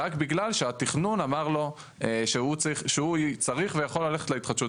רק בגלל שהתכנון אמר לו שהוא צריך ויכול ללכת להתחדשות